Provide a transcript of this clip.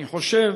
אני חושב